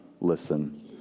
listen